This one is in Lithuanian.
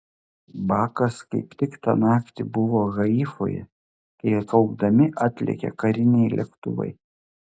bakas kaip tik tą naktį buvo haifoje kai kaukdami atlėkė kariniai lėktuvai